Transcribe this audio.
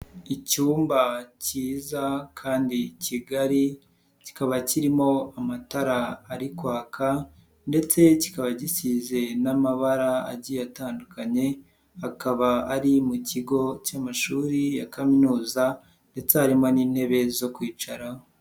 Icyumba cyiza kandi kigari, kikaba kirimo amatara ari kwaka ndetse kikaba gisize n'amabara agiye atandukanye, akaba ari mu kigo cy'amashuri ya kaminuza ndetse harimo n'intebe zo kwicaraho.